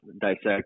dissect